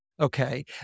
okay